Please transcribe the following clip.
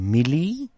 Millie